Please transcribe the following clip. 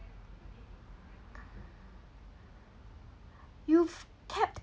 you've kept